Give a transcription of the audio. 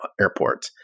airport